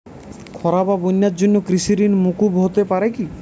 খরা বা বন্যার জন্য কৃষিঋণ মূকুপ হতে পারে কি?